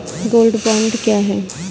Gold bond क्या है?